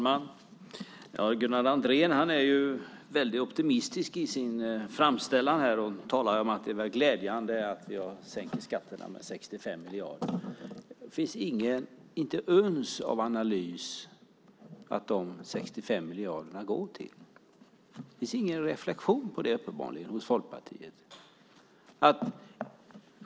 Fru talman! Gunnar Andrén är väldigt optimistisk i sin framställning. Han talar om att det är glädjande att skatterna har sänkts med 65 miljarder. Det finns inte ett uns av analys av vad dessa 65 miljarder går till. Det finns uppenbarligen ingen reflexion hos Folkpartiet när det gäller detta.